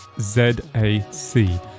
Z-A-C